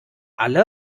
alle